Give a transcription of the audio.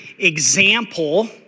example